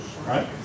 Right